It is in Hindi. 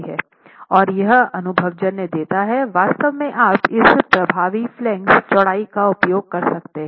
और यह अनुभवजन्य देता है वास्तव में आप इस प्रभावी फ्लांगेस चौड़ाई का उपयोग कर सकते हैं